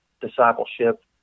discipleship